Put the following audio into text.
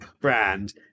brand